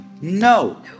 No